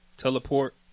Teleport